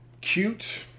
cute